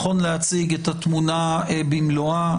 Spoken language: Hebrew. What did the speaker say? נכון להציג את התמונה במלואה.